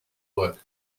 work